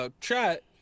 chat